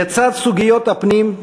לצד סוגיות הפנים,